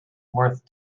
worth